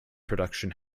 production